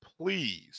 please